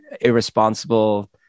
irresponsible